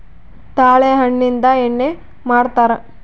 ತಾಳೆ ಹಣ್ಣಿಂದ ಎಣ್ಣೆ ಮಾಡ್ತರಾ